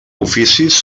oficis